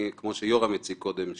כמו שיורם הציג קודם,